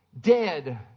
dead